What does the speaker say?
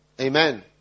Amen